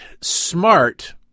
smart